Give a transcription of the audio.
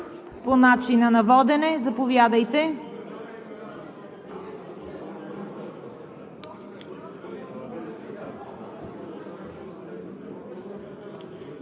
по начина на водене. Заповядайте.